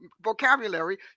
vocabulary